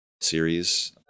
series